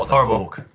or rock